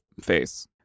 face